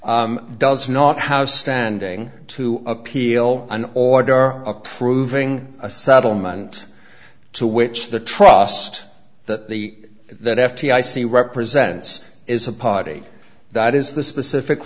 does not have standing to appeal an order approving a settlement to which the trust that the that f d i c represents is a party that is the specific